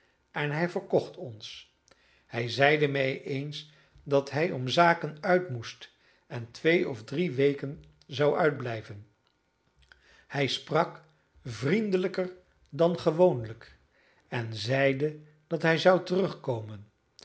trouwen en hij verkocht ons hij zeide mij eens dat hij om zaken uit moest en twee of drie weken zou uitblijven hij sprak vriendelijker dan gewoonlijk en zeide dat hij zou terugkomen